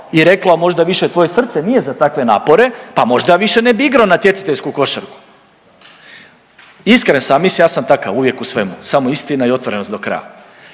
i rekao možda više tvoje srce nije za takve napore pa možda ja više ne bi igrao natjecateljsku košarku. Iskren sam, mislim ja sam takav uvijek u svemu, samo istina i otvorenost do kraja.